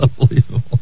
unbelievable